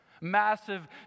massive